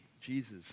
Jesus